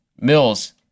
Mills